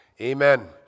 Amen